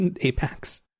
Apex